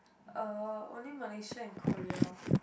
uh only Malaysia and Korea